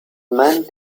man